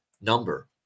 number